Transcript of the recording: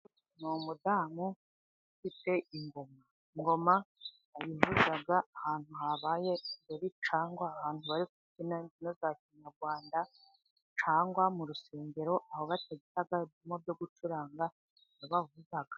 Ni umudamu ufite ingoma. Ingoma bayivuzaga ahantu habaye ibirori cyangwa ahantu bari kubyina imbyino za kinyarwanda, cyangwa mu rusengero aho batagira ibyuma byo gucuranga ni yo bavuza.